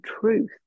truth